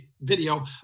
video